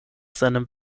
seinem